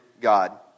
God